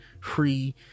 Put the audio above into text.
free